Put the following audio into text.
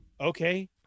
okay